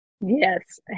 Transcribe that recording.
Yes